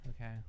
okay